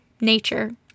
Nature